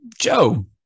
Joe